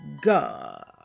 God